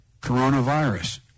coronavirus